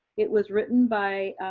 it was written by,